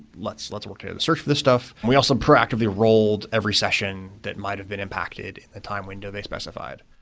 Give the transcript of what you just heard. let's let's work, search for this stuff. we also proactively rolled every session that might have been impacted in the time window they specified.